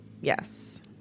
Yes